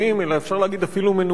אלא אפשר להגיד אפילו מנוגדים.